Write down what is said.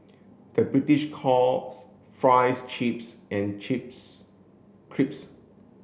the British calls fries chips and chips crisps